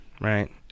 Right